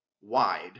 wide